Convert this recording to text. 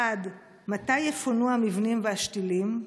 1. מתי יפונו המבנים והשתילים?